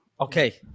Okay